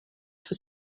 for